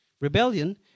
Rebellion